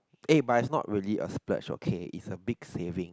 eh but it's not really a splurge okay it's a big saving